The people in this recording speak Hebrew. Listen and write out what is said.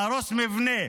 להרוס מבנה.